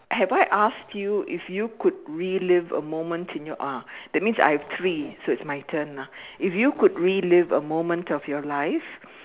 have I asked you if you could relive a moment in your ah that means I have three so it's my turn lah if you could relive a moment of your life